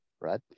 right